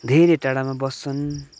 धेरै टाडामा बस्छन्